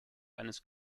eines